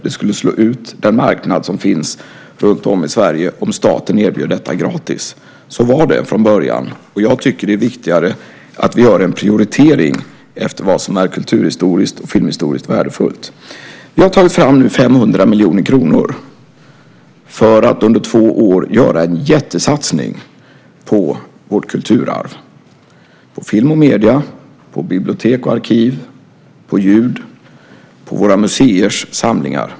Det skulle slå ut den marknad som finns runtom i Sverige om staten erbjöd detta gratis. Så var det från början. Jag tycker att det är viktigare att vi gör en prioritering efter vad som är kulturhistoriskt och filmhistoriskt värdefullt. Vi har nu tagit fram 500 miljoner kronor för att under två år göra en jättesatsning på vårt kulturarv, på film och medier, bibliotek och arkiv, ljud och våra museers samlingar.